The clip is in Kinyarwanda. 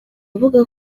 avuga